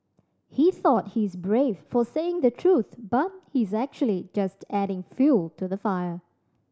he thought he is brave for saying the truth but he is actually just adding fuel to the fire